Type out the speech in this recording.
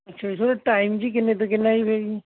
ਅੱਛਾ ਜੀ ਤੁਹਾਡਾ ਟਾਈਮ ਜੀ ਕਿੰਨੇ ਤੋਂ ਕਿੰਨਾ ਜੀ ਫੇਰ ਜੀ